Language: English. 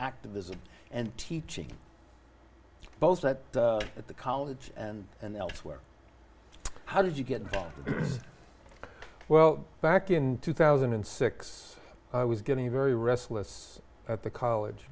activism and teaching both that at the college and and elsewhere how did you get involved well back in two thousand and six i was getting a very restless at the college